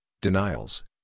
denials